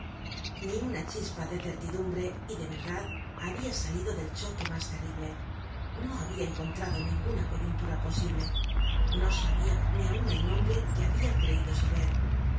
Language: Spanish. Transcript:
ni una chispa de certidumbre y de verdad habia salido del choque mas terrible no habia encontrado ninguna coyuntura posible no sabia ni aun el nombre que habia creido saber